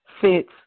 fits